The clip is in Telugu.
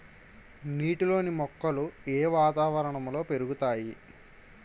నీటిలోని మొక్కలు ఏ వాతావరణంలో పెరుగుతాయి?